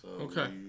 Okay